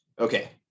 okay